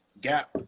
gap